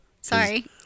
Sorry